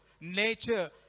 nature